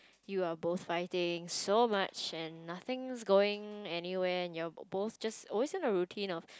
you are both fighting so much and nothing is going anywhere and your you both just always in a routine of